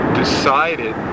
decided